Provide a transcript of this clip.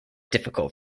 difficult